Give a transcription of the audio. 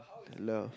love